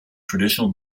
traditional